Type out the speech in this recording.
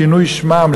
שינוי שמם,